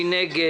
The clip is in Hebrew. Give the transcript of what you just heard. מי נגד?